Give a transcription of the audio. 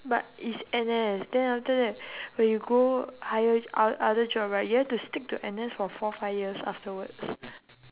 but it's N_S then after that when you go higher o~ other job right you have to stick to N_S for four five years afterwards